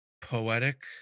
poetic